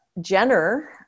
jenner